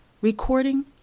Recording